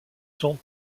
sont